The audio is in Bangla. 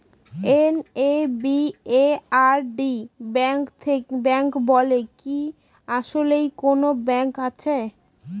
এন.এ.বি.এ.আর.ডি ব্যাংক বলে কি আসলেই কোনো ব্যাংক আছে?